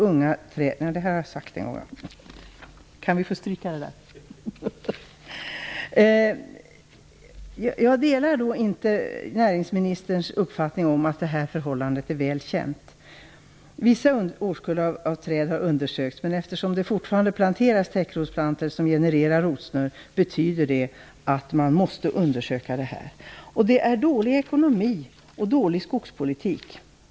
Jag delar inte näringsministerns uppfattning om att det här förhållandet är väl känt. Vissa årskullar av träd har undersökts, men eftersom det fortfarande planteras täckrotsplantor som genererar rotsnurr, betyder det att man måste undersöka saken. Problemet medför dålig ekonomi och dålig skogspolitik.